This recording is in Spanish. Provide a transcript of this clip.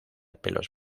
pelos